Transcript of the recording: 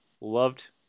loved